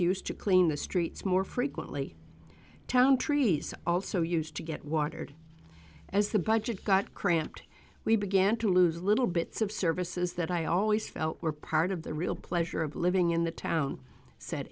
used to clean the streets more frequently in town trees also used to get watered as the budget got cramped we began to lose a little bits of services that i always felt were part of the real pleasure of living in the town said